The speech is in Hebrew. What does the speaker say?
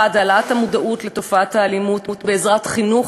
1. העלאת המודעות לתופעת האלימות בעזרת חינוך